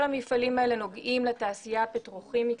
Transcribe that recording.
כל המפעלים האלה נוגעים לתעשייה הפטרוכימית,